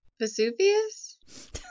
Vesuvius